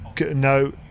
no